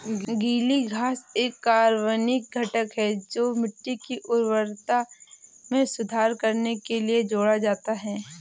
गीली घास एक कार्बनिक घटक है जो मिट्टी की उर्वरता में सुधार करने के लिए जोड़ा जाता है